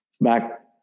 Back